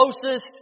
closest